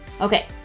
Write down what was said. Okay